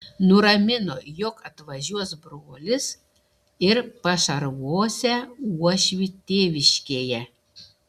nuramino jog atvažiuos brolis ir pašarvosią uošvį tėviškėje